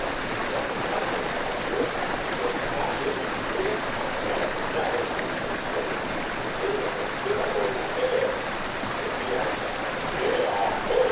cuando carlos salió el boticario y el cura reanudaron su discusión lea usted á voltaire decía uno lea